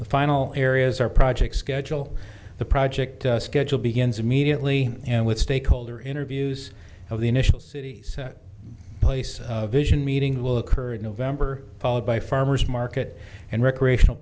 the final areas our project schedule the project schedule begins immediately and with stakeholder interviews of the initial cities place vision meeting will occur in november followed by farmers market and recreational